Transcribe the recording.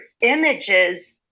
images